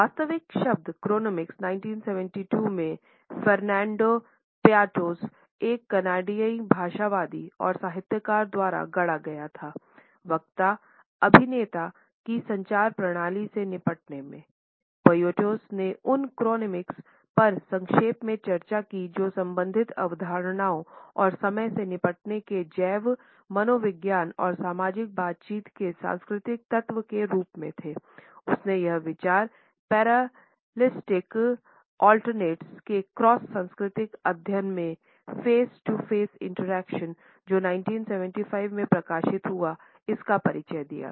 वास्तविक शब्द क्रोनेमिक्स जो 1975 में प्रकाशित हुआ इसका परिचय दिया था